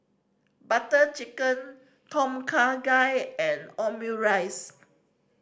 Butter Chicken Tom Kha Gai and Omurice